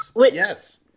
yes